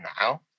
now